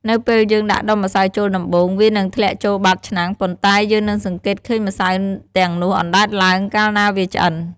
នៅពេលយើងដាក់ដុំម្សៅចូលដំបូង វានឹងធ្លាក់ចូលបាតឆ្នាំង ប៉ុន្តែ យើងនឹងសង្កេតឃើញម្សៅទាំងនោះអណ្តែតឡើង កាលណាវាឆ្អិន។